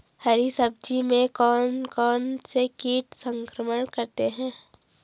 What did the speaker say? हरी सब्जी में कौन कौन से कीट संक्रमण करते हैं?